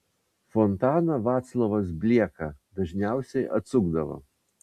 fontaną vaclovas blieka dažniausiai atsukdavo